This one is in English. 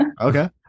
okay